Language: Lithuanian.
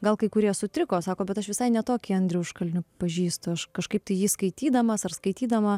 gal kai kurie sutriko sako bet aš visai ne tokį andriui užkalnį pažįstu aš kažkaip tai jį skaitydamas ar skaitydama